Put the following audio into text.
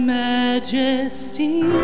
majesty